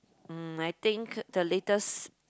mm I think the latest